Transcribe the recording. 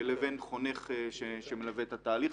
לבין חונך שמלווה את התהליך.